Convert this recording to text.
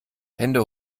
hände